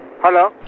Hello